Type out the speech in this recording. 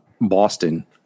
Boston